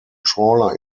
trawler